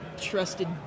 trusted